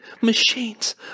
Machines